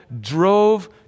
drove